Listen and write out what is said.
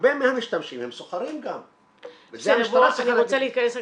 הרבה מהמשתמשים הם סוחרים גם- - אני רוצה להתכנס לסיכום.